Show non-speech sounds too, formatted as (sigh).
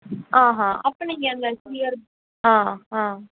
ஆ ஆ அப்போ நீங்கள் அதில் (unintelligible) ஆ ஆ